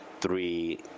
three